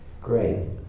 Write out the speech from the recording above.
Great